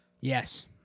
Yes